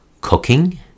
cooking